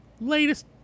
latest